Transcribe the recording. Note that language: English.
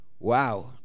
Wow